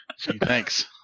Thanks